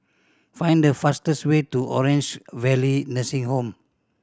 find the fastest way to Orange Valley Nursing Home